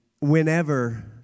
whenever